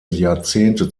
jahrzehnte